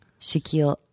Shaquille